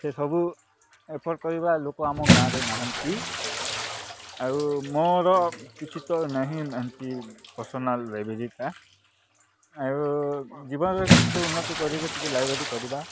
ସେ ସବୁ ଏଫର୍ଡ୍ କରିବା ଲୋକ ଆମ ଗାଁରେ ନାହାନ୍ତି ଆଉ ମୋର କିଛି ତ ନାହିଁ ଏମତି ପର୍ସନାଲ୍ ରେଭିଜିତା ଆଉ ଜୀବନରେ କିଛି ଉନ୍ନତି କରିବି ଟିକିଏ ଲାଇବ୍ରେରୀ କରିବା